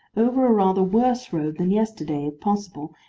over a rather worse road than yesterday, if possible,